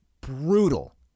brutal